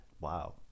wow